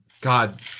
God